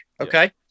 okay